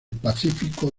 pacífico